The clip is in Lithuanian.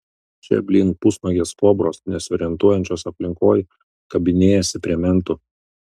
čia blyn pusnuogės kobros nesiorientuojančios aplinkoj kabinėjasi prie mentų